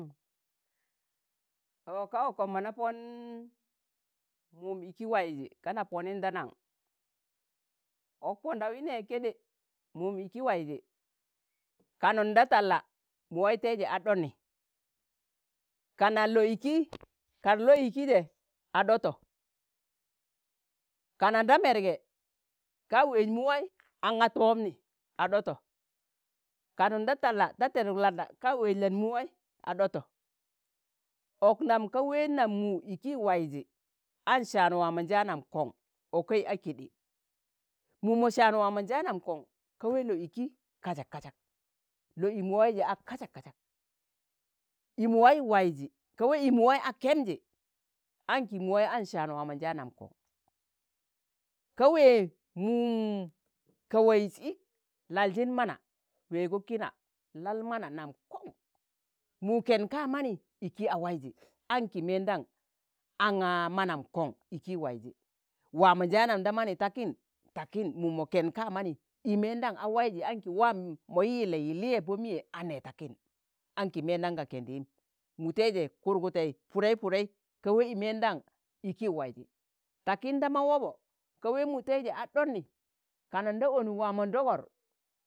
ọ ka okom mo na Pon, mum iki waizi ka na ponin da nan? ok Pondawi ne keɗe, mum iki waiji kanun da talla mu wai teije a ɗoni, kana lo'iki kan lo'iki je a ɗoto, kana nda merge ka weej mu wai aṇa toomni, a ɗoto, kanu da talla da teduk landa ka weej land muwai a ɗoto, ọk nam ka ween nam mu iki waizi aṇ saan waamọnjaanam koṇ ọkẹi a keɗe, mu mo sạan waamonjaanam kon,̣ ka wee lo'iki kazak kaza. k lo'imuwaize a kazak kazak i mu wai waizi, ka we i mu wai a kemji, aṇki mu wai aṇ saan waamọnjaanam koṇ, ka wee mum ka waiz ik laljin mana weego kina lal mana nam koṇ, mu ken ka'mani iki a waizi anki mendaṇ aṇga manam koṇ iki waizi waamonjaanam da mani takin takin, mu mo ken ka mani i meendan a waiji anki waa mo yi- yile yi liye Pọ miye a ne takin aṇki meendam ka kendim, muteize kurgute pudei ka wee i meendam iki waizi, takin da mawobo, ka we mutaize a ɗoni, kanuṇ da onuk waa mọ ndọgọr,